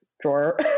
drawer